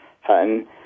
Hutton